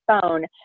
phone